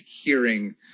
hearing